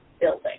building